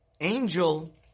angel